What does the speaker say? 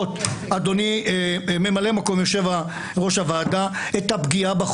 וכאן רואים בפרלמנט שלנו ובממשלה שנבחרת על ידו ומנהיגה את הפרלמנט,